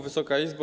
Wysoka Izbo!